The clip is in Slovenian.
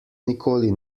nikoli